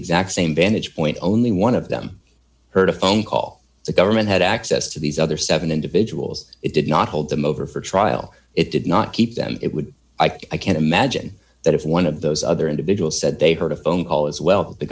exact same vantage point only one of them heard a phone call the government had access to these other seven individuals it did not hold them over for trial it did not keep them it would i can't imagine that if one of those other individuals said they heard a phone call as well the